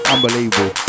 Unbelievable